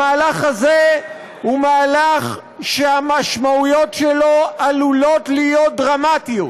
המהלך הזה הוא מהלך שהמשמעויות שלו עלולות להיות דרמטיות.